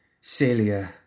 Celia